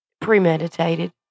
premeditated